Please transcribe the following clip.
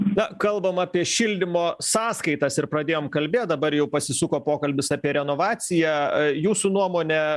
na kalbam apie šildymo sąskaitas ir pradėjom kalbėt dabar jau pasisuko pokalbis apie renovaciją jūsų nuomone